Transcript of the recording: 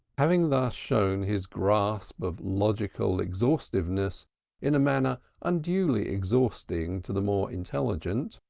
having thus shown his grasp of logical exhaustiveness in a manner unduly exhausting to the more intelligent,